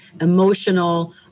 emotional